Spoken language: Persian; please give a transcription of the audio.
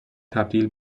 تبدیل